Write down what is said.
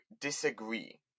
disagree